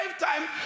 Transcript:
lifetime